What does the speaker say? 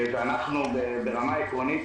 אנחנו עקרונית